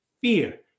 fear